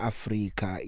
Africa